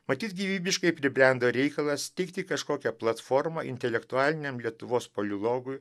matyt gyvybiškai pribrendo reikalas steigti kažkokią platformą intelektualiniam lietuvos polilogui